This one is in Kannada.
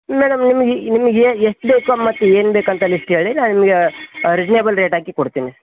ಮೇಡಮ್ ನಿಮಗೆ ನಿಮಗೆ ಎಷ್ಟು ಬೇಕು ಮತ್ತೆ ಏನು ಬೇಕಂತ ಲೀಸ್ಟ್ ಹೇಳಿ ನಾ ನಿಮಗೆ ರಿಜನೇಬಲ್ ರೇಟ್ ಹಾಕಿ ಕೊಡ್ತೀನಿ